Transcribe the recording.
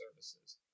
services